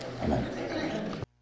Amen